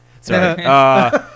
Sorry